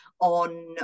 on